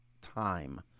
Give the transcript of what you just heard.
time